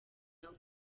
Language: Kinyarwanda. nabwo